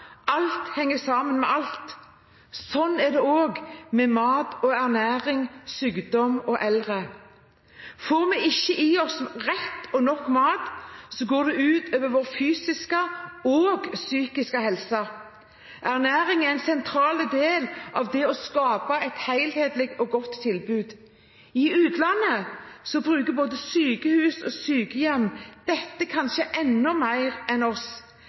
Alt henger sammen med alt. Sånn er det også med mat og ernæring, sykdom og eldre. Får vi ikke i oss rett og nok mat, går det ut over vår fysiske og psykiske helse. Ernæring er en sentral del av det å skape et helhetlig og godt tilbud. I utlandet bruker både sykehus og sykehjem dette kanskje enda mer enn oss.